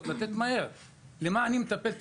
בעניין של